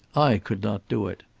i could not do it.